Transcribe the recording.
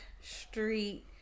street